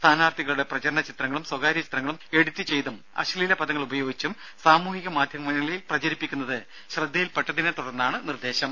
സ്ഥാനാർഥികളുടെ പ്രചരണചിത്രങ്ങളും സ്വകാര്യചിത്രങ്ങളും എഡിറ്റ് ചെയ്തും അശ്ലീല പദങ്ങൾ ഉപയോഗിച്ചും സാമൂഹ്യമാധ്യമങ്ങളിൽ പ്രചരിപ്പിക്കുന്നത് ശ്രദ്ധയിൽ പെട്ടതിനെത്തുടർന്നാണ് നിർദ്ദേശം